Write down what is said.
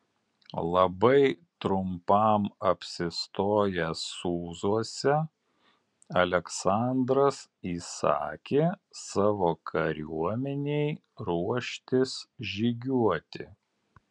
labai trumpam apsistojęs sūzuose aleksandras įsakė savo kariuomenei ruoštis žygiuoti